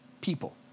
people